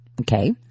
Okay